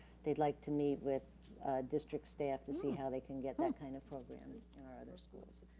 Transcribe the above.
they'd like to meet with district staff to see how they can get that kind of program in our other schools.